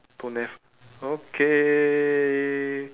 don't have okay